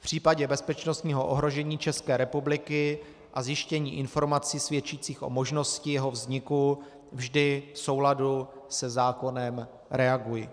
V případě bezpečnostního ohrožení České republiky a zjištění informací svědčících o možnosti jeho vzniku vždy v souladu se zákonem reaguji.